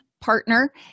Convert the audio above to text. partner